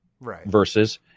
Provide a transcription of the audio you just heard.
versus